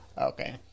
Okay